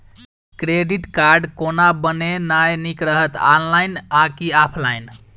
Credit card कोना बनेनाय नीक रहत? ऑनलाइन आ की ऑफलाइन?